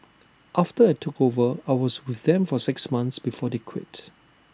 after I took over I was with them for six months before they quit